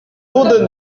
duden